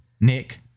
Nick